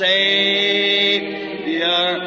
Savior